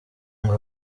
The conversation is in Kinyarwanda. ngo